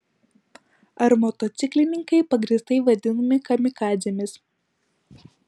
ar motociklininkai pagrįstai vadinami kamikadzėmis